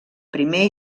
primer